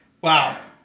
Wow